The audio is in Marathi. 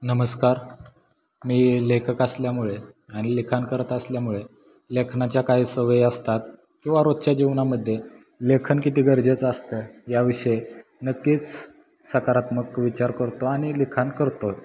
नमस्कार मी लेखक असल्यामुळे आणि लिखाण करत असल्यामुळे लेखनाच्या काही सवयी असतात किंवा रोजच्या जीवनामध्ये लेखन किती गरजेचं असतं या विषयी नक्कीच सकारात्मक विचार करतो आणि लिखाण करतो